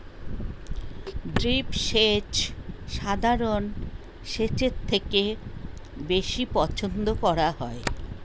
drip সেচ সাধারণ সেচের থেকে বেশি পছন্দ করা হয়